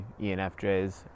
ENFJs